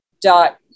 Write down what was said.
dot